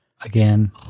again